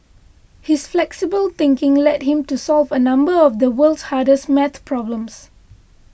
his flexible thinking led him to solve a number of the world's hardest maths problems